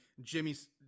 Jimmy's